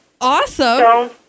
Awesome